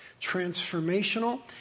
transformational